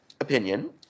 opinion